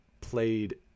played